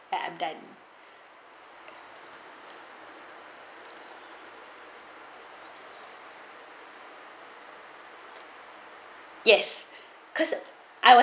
done yes cause I was